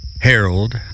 Harold